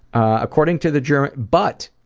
according to the german but!